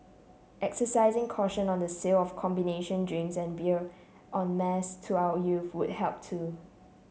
exercising caution on the sale of combination drinks and beer en mass to our youth would help too